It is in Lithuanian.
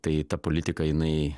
tai ta politika jinai